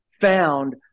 found